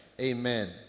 Amen